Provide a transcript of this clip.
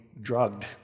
drugged